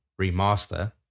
remaster